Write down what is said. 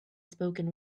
spoken